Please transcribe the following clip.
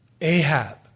Ahab